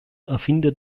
erfinde